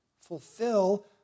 fulfill